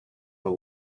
have